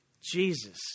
Jesus